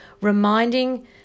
reminding